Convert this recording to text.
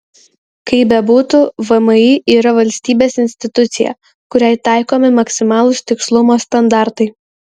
kaip bebūtų vmi yra valstybės institucija kuriai taikomi maksimalūs tikslumo standartai